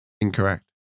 Incorrect